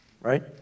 Right